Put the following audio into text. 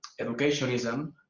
educationism